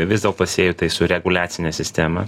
vis dėlto sieju tai su reguliacine sistema